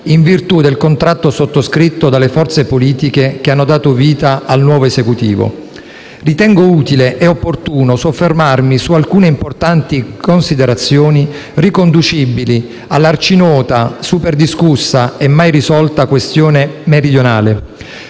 in virtù del contratto sottoscritto dalle forze politiche che hanno dato vita al nuovo Esecutivo. Ritengo utile e opportuno soffermarmi su alcune importanti considerazioni riconducibili all'arcinota, superdiscussa e mai risolta questione meridionale.